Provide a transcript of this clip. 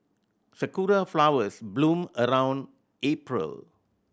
sakura flowers bloom around April